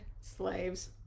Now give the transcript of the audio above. slaves